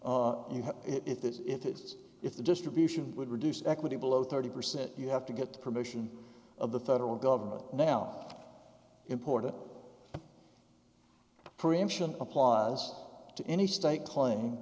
have it it's if the distribution would reduce equity below thirty percent you have to get the permission of the federal government now important preemption applies to any state claim